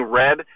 red